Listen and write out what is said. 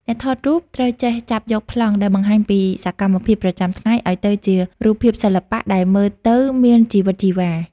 អ្នកថតរូបត្រូវចេះចាប់យកប្លង់ដែលបង្ហាញពីសកម្មភាពប្រចាំថ្ងៃឱ្យទៅជារូបភាពសិល្បៈដែលមើលទៅមានជីវិតជីវ៉ា។